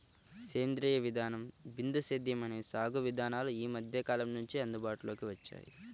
సేంద్రీయ విధానం, బిందు సేద్యం అనే సాగు విధానాలు ఈ మధ్యకాలం నుంచే అందుబాటులోకి వచ్చాయి